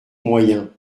moyen